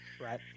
Right